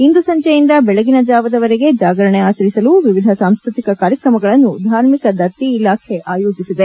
ಇಂದು ಸಂಜೆಯಿಂದ ಬೆಳಗಿನ ಜಾವದವರೆಗೆ ಜಾಗರಣೆ ಆಚರಿಸಲು ವಿವಿಧ ಸಾಂಸ್ಕೃತಿಕ ಕಾರ್ಯಕ್ರಮಗಳನ್ನು ಧಾರ್ಮಿಕ ದತ್ತಿ ಇಲಾಖೆ ಆಯೋಜಿಸಿದೆ